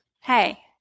Hey